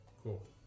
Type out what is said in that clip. Cool